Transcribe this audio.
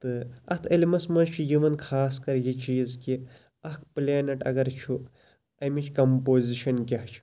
تہٕ اتھ علمَس مَنٛز چھُ یِوان خاص کَر یہِ چیٖز کہِ اکھ پلیٚنٹ اَگَر چھُ ایٚمِچ کَمپوزِشَن کیاہ چھِ